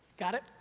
got it?